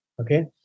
Okay